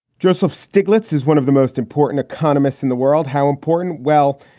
joseph stiglitz is one of the most important economists in the world, how important? well,